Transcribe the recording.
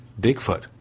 Bigfoot